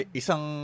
isang